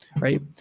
right